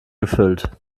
gefüllt